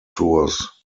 tours